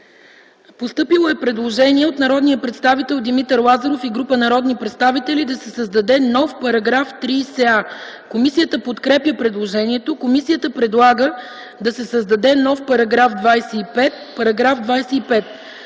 Постъпило е предложение от народния представител Димитър Лазаров и група народни представители: да се създаде нов § 30а. Комисията подкрепя предложението. Комисията предлага да се създаде нов § 25: „§ 25.